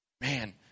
man